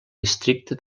districte